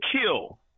kill